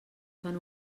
fan